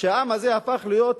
והעם הזה הפך להיות,